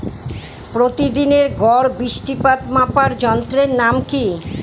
প্রতিদিনের গড় বৃষ্টিপাত মাপার যন্ত্রের নাম কি?